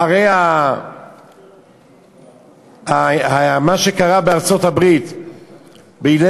אחרי מה שקרה בארצות-הברית ב-11